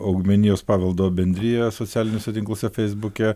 augmenijos paveldo bendriją socialiniuose tinkluose feisbuke